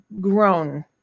grown